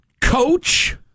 coach